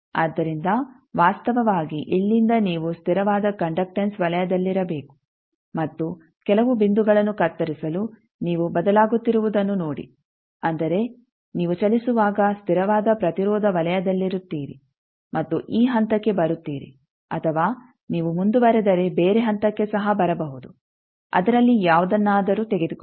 ಆದ್ದರಿಂದ ವಾಸ್ತವವಾಗಿ ಇಲ್ಲಿಂದ ನೀವು ಸ್ಥಿರವಾದ ಕಂಡಕ್ಟನ್ಸ್ ವಲಯದಲ್ಲಿರಬೇಕು ಮತ್ತು ಕೆಲವು ಬಿಂದುಗಳನ್ನು ಕತ್ತರಿಸಲು ನೀವು ಬದಲಾಗುತ್ತಿರುವುದನ್ನು ನೋಡಿ ಅಂದರೆ ನೀವು ಚಲಿಸುವಾಗ ಸ್ಥಿರವಾದ ಪ್ರತಿರೋಧ ವಲಯದಲ್ಲಿರುತ್ತೀರಿ ಮತ್ತು ಈ ಹಂತಕ್ಕೆ ಬರುತ್ತೀರಿ ಅಥವಾ ನೀವು ಮುಂದುವರೆದರೆ ಬೇರೆ ಹಂತಕ್ಕೆ ಸಹ ಬರಬಹುದು ಅದರಲ್ಲಿ ಯಾವುದನ್ನಾದರೂ ತೆಗೆದುಕೊಳ್ಳಿ